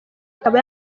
ikaba